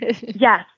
Yes